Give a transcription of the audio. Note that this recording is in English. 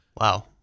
wow